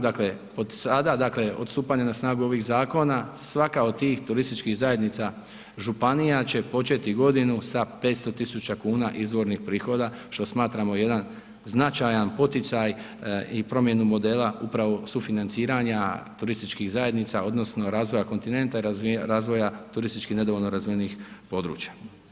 Dakle, od sada dakle od stupanja na ovih zakona svaka od tih turističkih zajednica županija će početi godinu sa 500.000 kuna izvornih prihoda što smatramo jedan značajan poticaj i promjenu modela upravo sufinanciranja turističkih zajednica odnosno razvoja kontinenta i razvoja turistički nedovoljno razvijenih područja.